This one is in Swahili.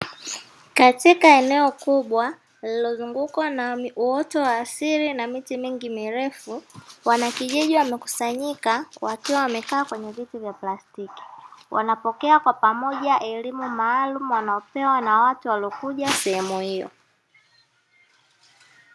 Katika eneo kubwa lililozungukwa na uoto wa asili na miti mingi mirefu wanakijiji wamekusanyika wakiwa wamekaa kwenye viti vya plastiki, wanapokea kwa pamoja elimu maalum wanaopewa na watu waliokuja sehemu hiyo.